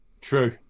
true